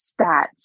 stats